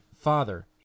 Father